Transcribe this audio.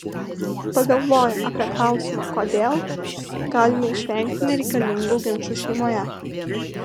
pagalvoję apie klausimą kodėl galime išvengti nereikalingų ginčų šeimoje